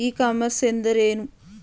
E commerce ಎಂದರೆ ಏನು?